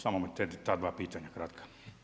Samo ta dva pitanja kratka.